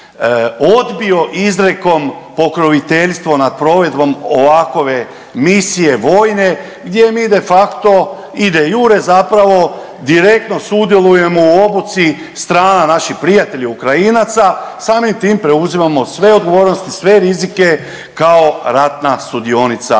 odbio izrekom pokroviteljstvo nad provedbom ovakove misije vojne gdje mi de facto i de jure zapravo direktno sudjelujemo u obuci strana naših prijatelja Ukrajinaca samim tim preuzimamo sve odgovornosti, sve rizike kao ratna sudionica